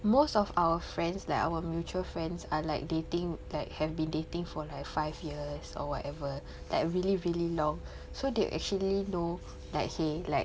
most of our friends like our mutual friends are like dating like have been dating for like five years or whatever like really really long so they actually know let's say like